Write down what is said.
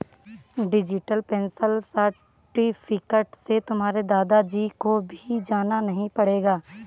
digital pension certificate से तुम्हारे दादा जी को भी जाना नहीं पड़ेगा